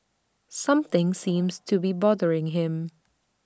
something seems to be bothering him